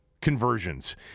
conversions